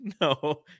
No